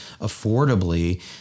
affordably